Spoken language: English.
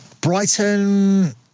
Brighton